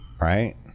right